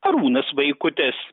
arūnas vaikutis